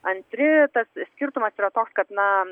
antri tas skirtumas yra toks kad na